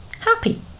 happy